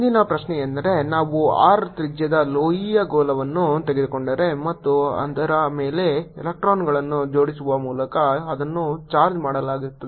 ಮುಂದಿನ ಪ್ರಶ್ನೆಯೆಂದರೆ ನಾವು R ತ್ರಿಜ್ಯದ ಲೋಹೀಯ ಗೋಳವನ್ನು ತೆಗೆದುಕೊಂಡರೆ ಮತ್ತು ಅದರ ಮೇಲೆ ಎಲೆಕ್ಟ್ರಾನ್ಗಳನ್ನು ಜೋಡಿಸುವ ಮೂಲಕ ಅದನ್ನು ಚಾರ್ಜ್ ಮಾಡಲಾಗುತ್ತದೆ